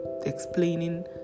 explaining